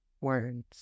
words